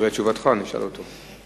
לרבות בדיקת ההליכים שננקטו על-ידי בעל